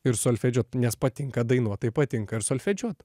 ir solfedžio nes patinka dainuot tai patinka ir solfedžiuot